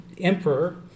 emperor